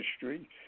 history